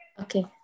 Okay